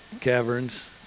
caverns